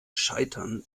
scheitern